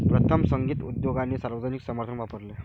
प्रथम, संगीत उद्योगाने सार्वजनिक समर्थन वापरले